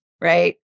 right